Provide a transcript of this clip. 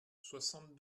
soixante